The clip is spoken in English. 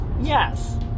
Yes